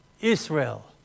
Israel